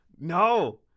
No